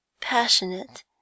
passionate